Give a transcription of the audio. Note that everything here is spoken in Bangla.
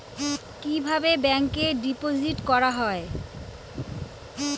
কিভাবে ব্যাংকে ডিপোজিট করা হয়?